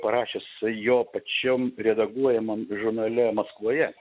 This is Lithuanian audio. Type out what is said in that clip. parašęs jo pačiam redaguojamam žurnale maskvoje